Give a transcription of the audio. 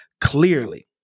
Clearly